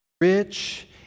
rich